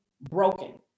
broken